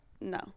no